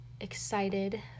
excited